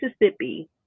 Mississippi